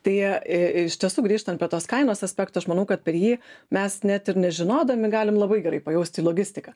tai iš tiesų grįžtant prie tos kainos aspekto aš manau kad per jį mes net ir nežinodami galim labai gerai pajausti logistiką